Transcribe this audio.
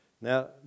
Now